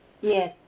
Yes